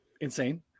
insane